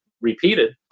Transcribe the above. repeated